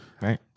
Right